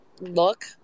look